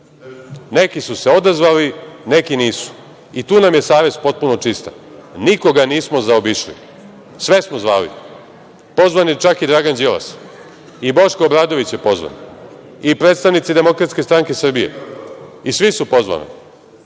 Neki su se odazvali, neki nisu i tu nam je savest potpuno čista. Nikoga nismo zaobišli. Sve smo zvali. Pozvan je čak i Dragan Đilas. I Boško Obradović je pozvan. Pozvani su i predstavnici Demokratske stranke Srbije. Svi su pozvani.